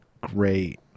great